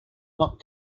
not